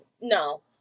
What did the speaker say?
No